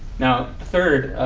now, third,